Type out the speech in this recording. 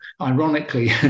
ironically